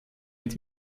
mit